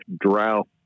drought